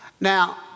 Now